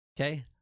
Okay